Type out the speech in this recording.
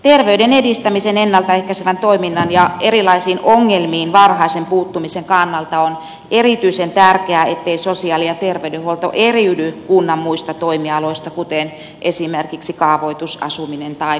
terveyden edistämisen ennalta ehkäisevän toiminnan ja erilaisiin ongelmiin varhaisen puuttumisen kannalta on erityisen tärkeää ettei sosiaali ja terveydenhuolto eriydy kunnan muista toimialoista kuten esimerkiksi kaavoitus asuminen tai perusopetus